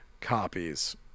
copies